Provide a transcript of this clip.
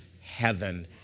Heaven